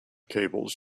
cables